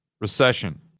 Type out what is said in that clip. recession